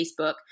Facebook